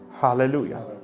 hallelujah